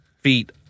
feet